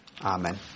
Amen